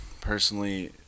personally